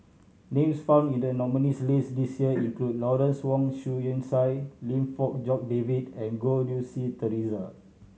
names found in the nominees' list this year include Lawrence Wong Shyun Tsai Lim Fong Jock David and Goh Rui Si Theresa